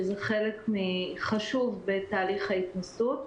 שזה חלק חשוב בתהליך ההתנסות,